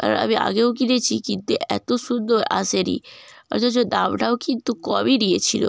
কারণ আমি আগেও কিনেছি কিন্তু এত সুন্দর আসে নি অথচ দামটাও কিন্তু কমই নিয়েছিলো